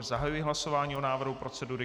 Zahajuji hlasování o návrhu procedury.